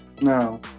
No